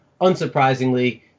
Unsurprisingly